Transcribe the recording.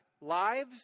lives